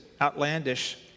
outlandish